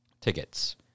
tickets